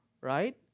right